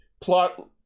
plot